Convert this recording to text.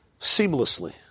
seamlessly